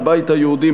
הבית היהודי,